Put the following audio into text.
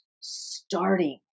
starting